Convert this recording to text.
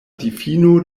difino